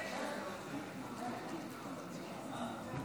אדוני היושב-ראש,